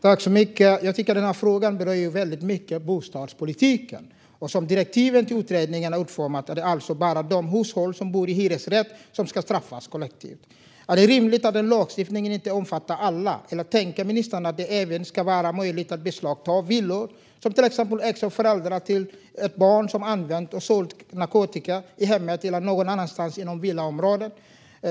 Fru talman! Denna fråga berör ju bostadspolitiken väldigt mycket. Som direktivet i utredningen är utformat är det bara de hushåll som bor i hyresrätt som ska straffas kollektivt. Är det rimligt att lagstiftningen inte omfattar alla, eller menar ministern att det även ska vara möjligt att beslagta villor som till exempel ägs av föräldrar till ett barn som har använt och sålt narkotika i hemmet eller någon annanstans i villaområdet?